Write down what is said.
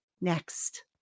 next